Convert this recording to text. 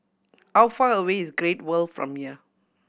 how far away is Great World from here